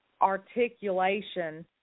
articulation